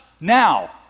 now